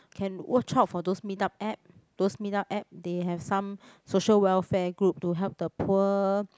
can watch up for those meet up app those meet up app they have some social welfare group to help the poor